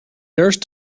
nurse